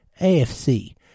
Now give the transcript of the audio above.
AFC